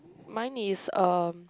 mine is um